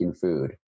food